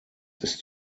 ist